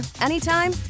anytime